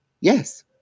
yes